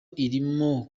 irimo